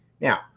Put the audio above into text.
now